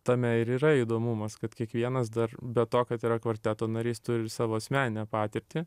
tame ir yra įdomumas kad kiekvienas dar be to kad yra kvarteto narys turi ir savo asmeninę patirtį